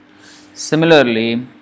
similarly